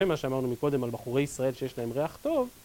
מה שאמרנו מקודם על בחורי ישראל שיש להם ריח טוב